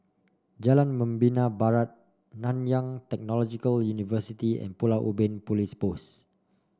Jalan Membina Barat Nanyang Technological University and Pulau Ubin Police Post